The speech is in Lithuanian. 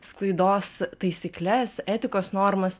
sklaidos taisykles etikos normas